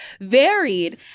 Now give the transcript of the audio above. varied